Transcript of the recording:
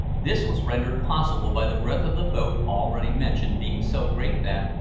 this was rendered possible by the breadth of the boat already mentioned being so great that,